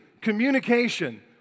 communication